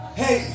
hey